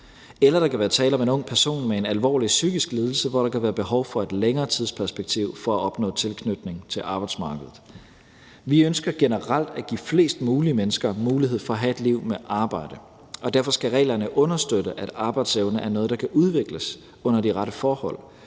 Eller der kan være tale om en ung person med en alvorlig psykisk lidelse, hvor der kan være behov for et længere tidsperspektiv for at opnå tilknytning til arbejdsmarkedet. Vi ønsker generelt at give flest mulige mennesker mulighed for at have et liv med arbejde, og derfor skal reglerne understøtte, at arbejdsevne er noget, der kan udvikles under de rette forhold.